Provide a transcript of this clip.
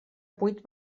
vuit